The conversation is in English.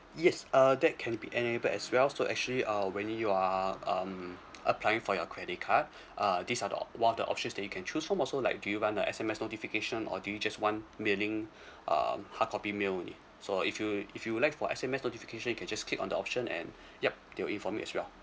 yes uh that can be enable as well so actually uh when you are um applying for your credit card uh these are the op~ one of the options that you can choose from also like do you want a S_M_S notification or do you just want mailing um hard copy mail only so if you if you'd like for S_M_S notification you can just click on the option and yup they'll inform you as well